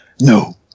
no